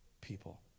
people